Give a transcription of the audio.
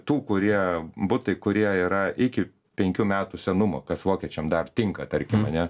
tų kurie butai kurie yra iki penkių metų senumo kas vokiečiam dar tinka tarkim ane